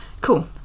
Cool